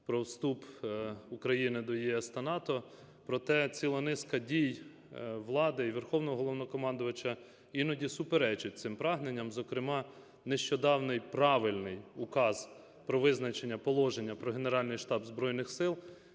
про вступ України до ЄС та НАТО. Проте ціла низка дій влади і Верховного Головнокомандувача іноді суперечить цим прагненням, зокрема нещодавній правильний Указ про визначення положення про Генеральний штаб Збройних Сил